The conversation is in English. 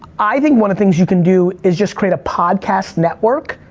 i think one of the things you can do is just create a podcast network.